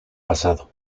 pasado